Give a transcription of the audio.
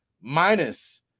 minus